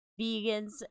vegans